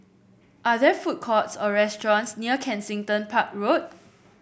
are there food courts or restaurants near Kensington Park Road